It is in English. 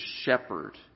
shepherd